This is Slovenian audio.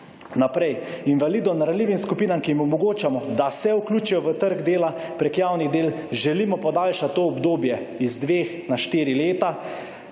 Naprej. Invalidom in ranljivim skupinam, ki jim omogočamo, da se vključijo v trg dela preko javnih del želimo podaljšati to obdobje iz dveh na štiri leta